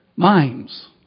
Minds